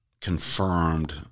confirmed